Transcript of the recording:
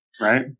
Right